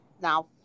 Now